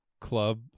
club